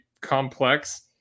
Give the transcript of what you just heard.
complex